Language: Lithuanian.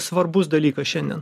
svarbus dalykas šiandien